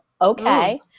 okay